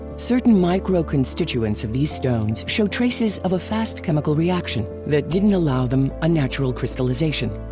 certain micro-constituents of these stones show traces of a fast chemical reaction that didn't allow them a natural crystallization.